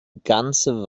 ganze